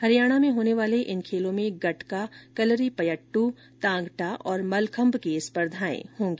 हरियाणा में होने वाले इन खेलों में गटका कलरी पयट्टू तांग टा और मलखम्ब की स्पर्धाए भी होगी